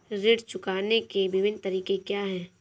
ऋण चुकाने के विभिन्न तरीके क्या हैं?